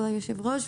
כבוד היושב-ראש,